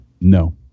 no